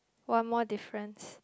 one more difference